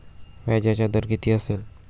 व्याजाचा दर किती असेल?